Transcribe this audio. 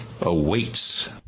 awaits